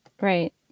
right